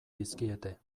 dizkiete